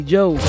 Joe